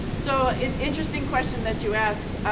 so interesting question that you ask.